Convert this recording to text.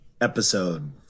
episode